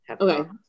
Okay